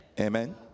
amen